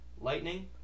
Lightning